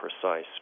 precise